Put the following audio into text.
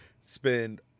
spend